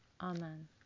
Amen